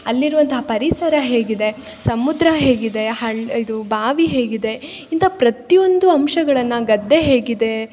ಅಲ್ಲಿರುವಂಥ ಪರಿಸರ ಹೇಗಿದೆ ಸಮುದ್ರ ಹೇಗಿದೆ ಹಳ್ ಇದು ಬಾವಿ ಹೇಗಿದೆ ಇಂಥ ಪ್ರತಿಯೊಂದು ಅಂಶಗಳನ್ನು ಗದ್ದೆ ಹೇಗಿದೆ